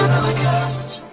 valleycast